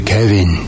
Kevin